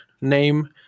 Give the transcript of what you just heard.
name